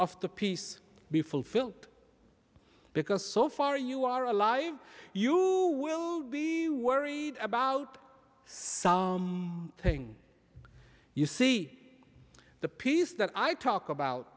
of the peace be fulfilled because so far you are alive you will be worried about some thing you see the peace that i talk about